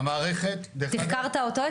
מהמערכת, דרך אגב -- תחקרת אותו?